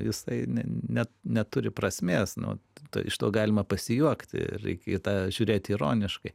jisai net neturi prasmės nu to iš to galima pasijuokti ir reikia į tą žiūrėti ironiškai